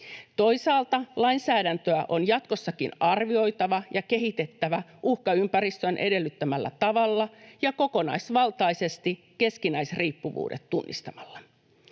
Toisaalta lainsäädäntöä on jatkossakin arvioitava ja kehitettävä uhkaympäristön edellyttämällä tavalla ja kokonaisvaltaisesti keskinäisriippuvuudet tunnistamalla.